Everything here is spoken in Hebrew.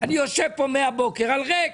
אני יושב פה מהבוקר על ריק.